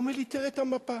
הוא אומר לי: תראה את המפה,